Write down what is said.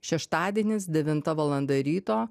šeštadienis devinta valanda ryto